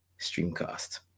Streamcast